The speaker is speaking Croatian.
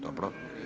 Dobro.